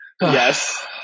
Yes